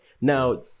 now